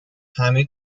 حمید